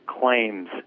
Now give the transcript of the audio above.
claims